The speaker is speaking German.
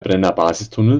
brennerbasistunnel